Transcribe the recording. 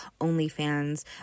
OnlyFans